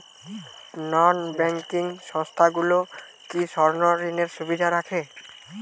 নন banking সংস্থাগুলো কি স্বর্ণঋণের সুবিধা রাখে?